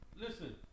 listen